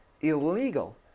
illegal